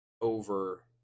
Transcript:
over